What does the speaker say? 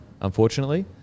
unfortunately